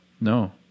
no